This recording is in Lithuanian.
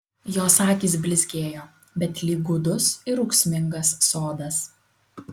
jos akys blizgėjo bet lyg gūdus ir ūksmingas sodas